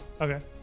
Okay